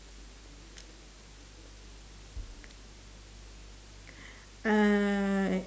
uh